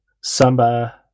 Samba